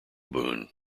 boone